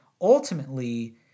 Ultimately